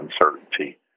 uncertainty